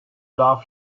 love